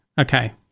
Okay